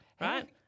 Right